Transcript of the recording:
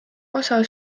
osa